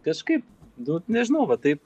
kažkaip nu nežinau va taip